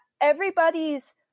everybody's